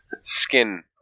skin